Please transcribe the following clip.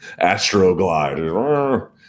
Astroglide